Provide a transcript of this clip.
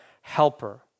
helper